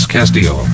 Castillo